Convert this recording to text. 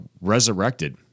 resurrected